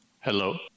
hello